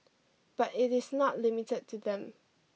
but it is not limited to them